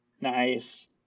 nice